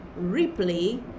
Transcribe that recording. replay